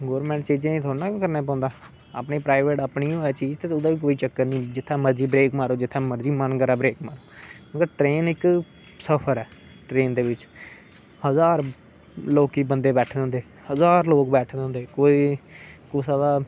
government चीजें गी थोह्ड़ा ना एही करना पौंदा ऐ अपनी प्राइवेट अपनी होऐ चीज ते ओहदा बी कोई चक्कर नेईं जित्थै मर्जी ब्रेक मारो जित्थै् मर्जी मन करे ब्रेक मारो पर ट्रेन इक सफर ऐ ट्रेन दे बिच हजार लोक बदे बेठे दे होंदे हजार लोक बैठे दे होंदे कोई कुसै दा